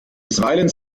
bisweilen